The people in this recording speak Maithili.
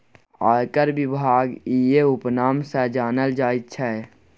आयकर विभाग इएह उपनाम सँ जानल जाइत छै